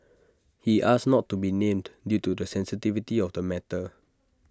he asked not to be named due to the sensitivity of the matter